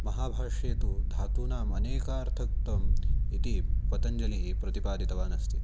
महाभाष्ये तु धातूनाम् अनेकार्थकत्वम् इति पतञ्जलिः प्रतिपादितवान् अस्ति